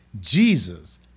Jesus